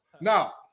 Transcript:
Now